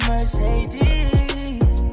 Mercedes